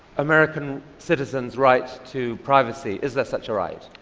american citizen's right to privacy? is there such a right?